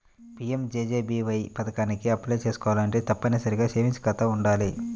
PMJJBY పథకానికి apply చేసుకోవాలంటే తప్పనిసరిగా సేవింగ్స్ ఖాతా వుండాలి